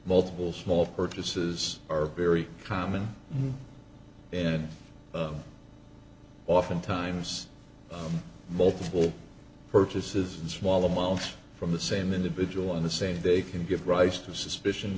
multiple small purchases are very common and oftentimes multiple purchases in small amounts from the same individual on the same day can give rise to suspicion